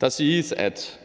Der siges, at